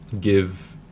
give